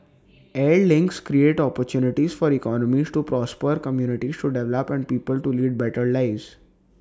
air links create opportunities for economies to prosper communities to develop and people to lead better lives